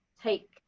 take